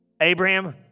Abraham